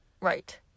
Right